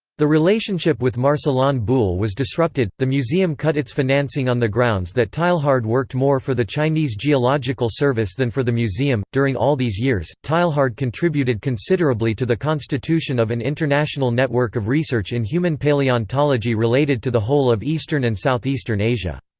the relationship with marcellin boule was disrupted the museum cut its financing on the grounds that teilhard worked more for the chinese geological service than for the museum during all these years, teilhard contributed considerably to the constitution of an international network of research in human paleontology related to the whole of eastern and southeastern asia.